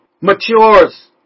matures